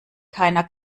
keiner